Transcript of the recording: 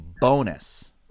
bonus